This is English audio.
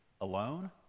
alone